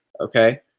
okay